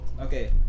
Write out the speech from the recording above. Okay